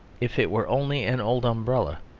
if it were only an old umbrella,